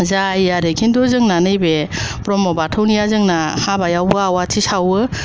जायो आरोखि खिन्थु जोंना नैबे ब्रह्म बाथौनिया जोंना हाबायावबो आवाथि सावो